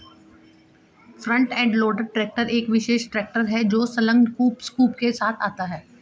front end loader tractor एक विशेष tractor है जो संलग्न स्कूप के साथ आता है